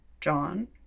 John